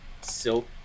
silk